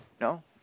no